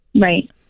Right